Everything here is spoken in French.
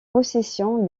possession